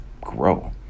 grow